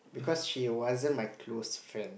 because she wasn't my close friend